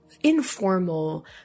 informal